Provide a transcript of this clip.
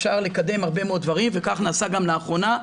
אפשר לקדם הרבה מאוד דברים וכך נעשה גם לאחרונה,